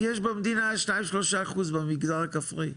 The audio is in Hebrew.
יש במדינה 3%-2% במגזר הכפרי.